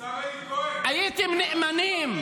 השר אלי כהן --- הייתם נאמנים.